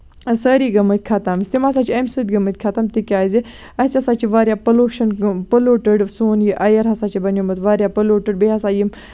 سٲری گٔمٕتۍ خَتم تِم ہسا چھِ اَمہِ سۭتۍ گٔمٕتۍ کَتم تِکیازِ اَسہِ ہسا چھ واریاہ پٔلوٗشَن پٔلوٗٹٔڈ سون یہِ اَیر ہسا چھُ بَنیومُت واریاہ پٔلوٗٹٔڈ بیٚیہِ ہسا یِم